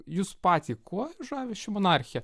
jus patį kuo žavi ši monarchija